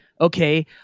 okay